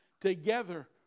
together